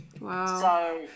Wow